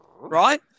right